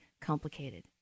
complicated